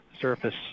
surface